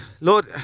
Lord